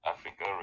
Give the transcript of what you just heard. Africa